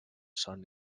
son